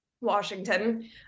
Washington